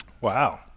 wow